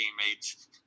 teammates